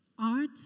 art